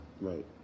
Right